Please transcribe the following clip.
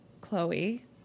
Chloe